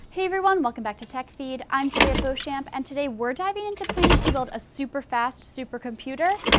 hey everyone, welcome back to tech feed. i'm juliet beauchamp and today we're diving into plans to build a super fast supercomputer,